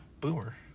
boomer